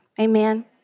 Amen